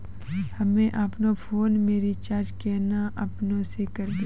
हम्मे आपनौ फोन के रीचार्ज केना आपनौ से करवै?